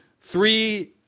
three